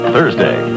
Thursday